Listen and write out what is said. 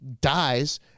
dies